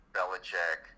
Belichick